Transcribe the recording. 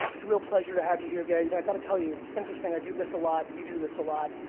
it's a real pleasure to have you here, gary. you know i've gotta tell you, it's interesting, i do this a lot, you do this a lot,